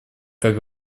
как